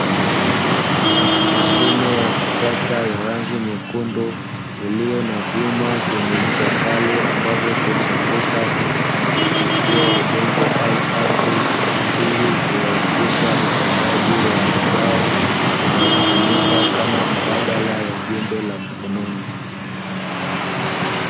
Mashine ya kisasa ya rangi nyekundu iliyo na vyuma vyenye ncha kali ambavyo huzunguka na kutifua udongo au ardhi, ili kurahisisha upandaji wa mazao, inayotumika kama mbadala wa jembe la mkononi.